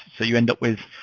so you end up with